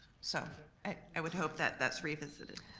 so i would hope that that's revisited.